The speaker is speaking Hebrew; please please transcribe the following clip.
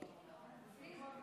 זה לפי הסדר בסדר-היום.